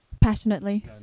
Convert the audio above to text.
Passionately